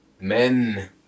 Men